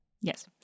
yes